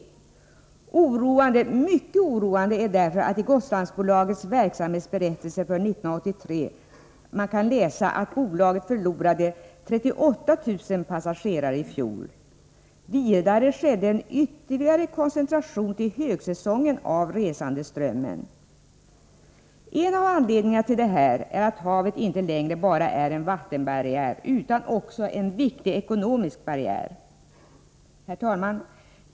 Mycket oroande är således vad som står att läsa i Gotlandsbolagets verksamhetsberättelse för 1983, nämligen att bolaget förlorade 38 000 passagerare i fjol. Vidare skedde en ytterligare koncentration av resandeströmmen till högsäsongen. En av anledningarna till detta är att havet numera inte bara är en vattenbarriär utan också en viktig ekonomisk barriär. Herr talman!